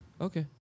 Okay